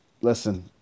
Listen